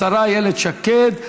השרה איילת שקד,